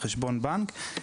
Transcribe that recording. לחשבון בנק.